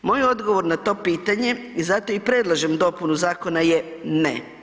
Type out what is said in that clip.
Moj odgovor na to pitanje i zato i predlažem dopunu zakona je ne.